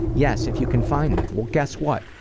yes, if you can find them. well guess what?